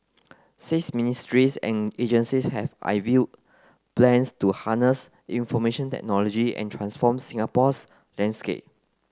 six ministries and agencies have unveil plans to harness information technology and transform Singapore's landscape